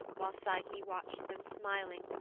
while psyche watched them, smiling,